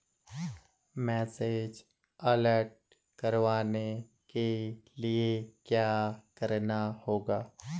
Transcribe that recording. Message alert करवाने के लिए क्या करना होगा?